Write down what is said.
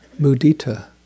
mudita